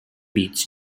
beats